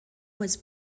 was